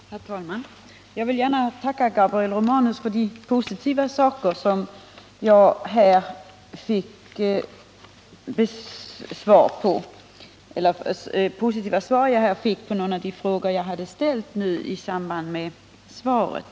Herr talman! Jag vill gärna tacka Gabriel Romanus för det positiva svar jag fick på några av de frågor jag ställde i anslutning till interpellationssvaret.